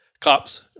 Cops